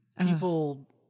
people